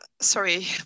sorry